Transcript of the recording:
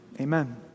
Amen